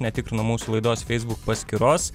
netikrino mūsų laidos facebook paskyros